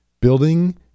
building